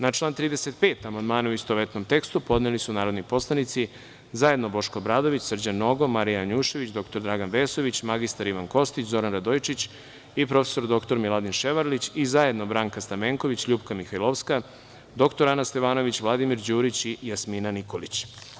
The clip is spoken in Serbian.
Na član 35. amandmane, u istovetnom tekstu, podneli su narodni poslanici: zajedno Boško Obradović, Srđan Nogo, Marija Janjušević, dr Dragan Vesović, mr Ivan Kostić, Zoran Radojičić i prof. dr Miladin Ševarlić i zajedno Branka Stamenković, LJupka Mihajlovska, dr Ana Stevanović, Vladimir Đurić i mr Jasmina Nikolić.